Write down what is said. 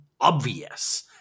obvious